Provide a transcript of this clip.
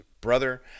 brother